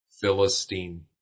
Philistine